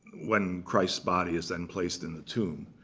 when christ's body is then placed in the tomb.